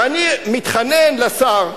ואני מתחנן לשר,